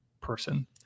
person